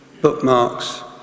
bookmarks